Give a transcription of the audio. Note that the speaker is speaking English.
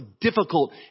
difficult